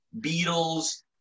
Beatles